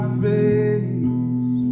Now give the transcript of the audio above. face